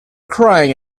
crying